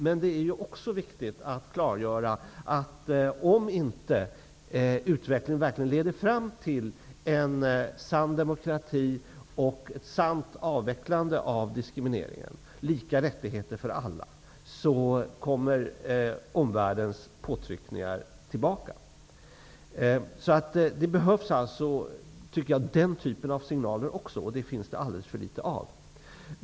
Men det är också viktigt att klargöra att omvärldens påtryckningar kommer tillbaka om utvecklingen inte leder fram till en sann demokrati och till ett sant avvecklande av diskrimineringen -- till lika rättigheter för alla. Det behövs alltså också den typen av signaler, tycker jag, och dem finns det alldeles för litet av.